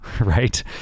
right